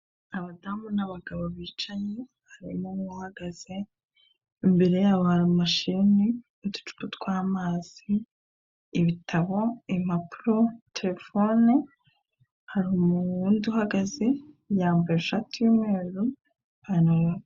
Abadamu n'abagabo bicayeyi harimo umwe uhagaze. Imbere yabo hari Imashini, uducupa tw'amazi, ibitabo, impapuro, terefone. Hari uwundi uhagaze yambaye ishati yumweru, ipantaro.